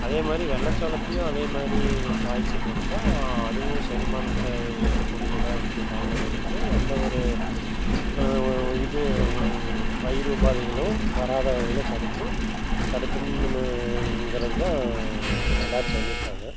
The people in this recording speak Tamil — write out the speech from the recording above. அதே மாதிரி வெள்ளை சோளத்தையும் அதே மாதிரி காய்ச்சு கொடுத்தா அதுவும் செரிமாணத்தை ஊற்றக்கூடியதாக இருக்கும் கால்நடைகளுக்கு எந்த ஒரு இது வயிறு உபாதைகளும் வராத வகையில் தடுக்கும் தடுக்கும்ங்கிறதான் எல்லாேரும் சொல்லியிருக்காங்க